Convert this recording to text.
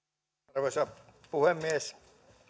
arvoisa puhemies